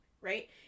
right